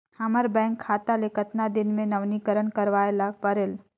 हमर बैंक खाता ले कतना दिन मे नवीनीकरण करवाय ला परेल?